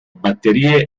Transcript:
batterie